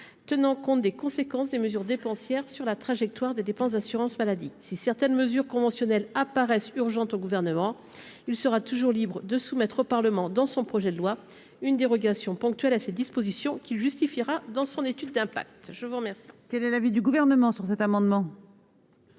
tenant compte des conséquences des mesures dépensières sur la trajectoire des dépenses d'assurance maladie. Si certaines mesures conventionnelles apparaissent urgentes au Gouvernement, celui-ci sera toujours libre de soumettre au Parlement dans son projet de loi une dérogation ponctuelle à ces dispositions qu'il justifiera dans l'étude d'impact. Quel